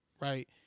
right